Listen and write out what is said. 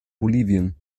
bolivien